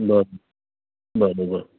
बरो ॾाढो आहे